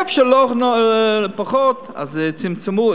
ואיפה שפחות אז צמצמו,